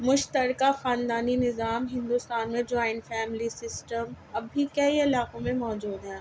مشتر کہ خاندانی نظام ہندوستان میں جوائنٹ فیملی سسٹم اب بھی کئی علاقوں میں موجود ہیں